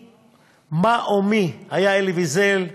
מה או מי היה אלי ויזל,